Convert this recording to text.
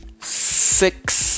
six